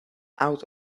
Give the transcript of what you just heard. out